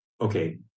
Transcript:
okay